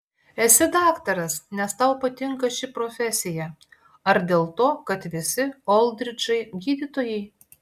esi daktaras nes tau patinka ši profesija ar dėl to kad visi oldridžai gydytojai